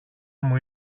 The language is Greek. μου